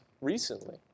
recently